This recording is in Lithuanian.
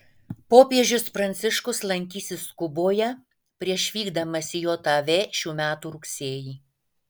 popiežius pranciškus lankysis kuboje prieš vykdamas į jav šių metų rugsėjį